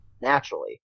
naturally